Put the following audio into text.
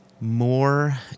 more